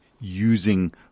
using